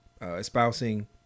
espousing